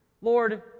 Lord